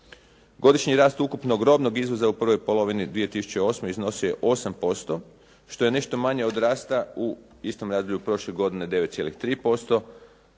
Godišnji rast ukupnog robnog izvoza u prvoj polovini 2008. iznosio je 8%, što je nešto manje od rasta u istom razdoblju prošle godine 9,3%,